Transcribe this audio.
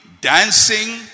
dancing